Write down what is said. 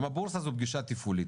עם הבורסה זו פגישה תפעולית,